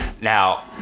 Now